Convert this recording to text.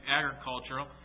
agricultural